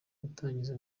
gutangiza